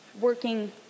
working